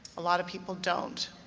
a lot of people don't.